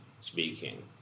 speaking